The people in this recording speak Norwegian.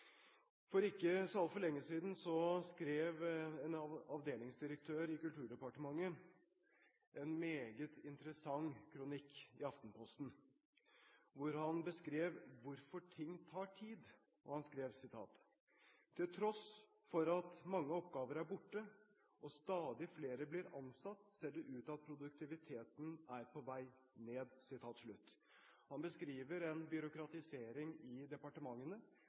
For ikke så altfor lenge siden skrev en avdelingsdirektør i Kulturdepartementet en meget interessant kronikk i Aftenposten, hvor han beskrev hvorfor ting tar tid. Han skrev: «Til tross for at mange oppgaver er borte og stadig flere blir ansatt, ser det ut til at produktiviteten er på vei ned.» Han beskriver en byråkratisering i departementene